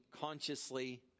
consciously